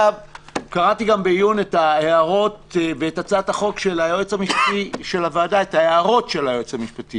קראתי בעיון את הצעת החוק ואת ההערות של היועץ המשפטי